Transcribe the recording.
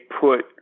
put